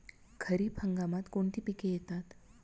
खरीप हंगामात कोणती पिके येतात?